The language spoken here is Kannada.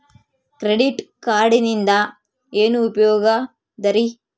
ಕ್ರೆಡಿಟ್ ಕಾರ್ಡಿನಿಂದ ಏನು ಉಪಯೋಗದರಿ?